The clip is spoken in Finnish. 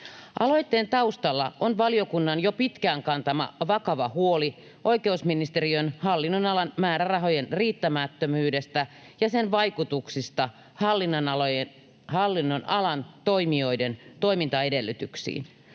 Aloitteen taustalla on valiokunnan jo pitkään kantama vakava huoli oikeusministeriön hallinnonalan määrärahojen riittämättömyydestä ja sen vaikutuksista hallinnonalan toimijoiden toimintaedellytyksiin.